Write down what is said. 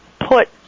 put